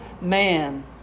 man